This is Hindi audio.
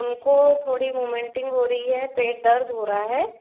उनको थोड़ी वुमेंटिंग हो रही है पेट दर्द हो रहा है